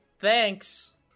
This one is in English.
Thanks